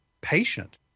patient